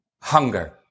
Hunger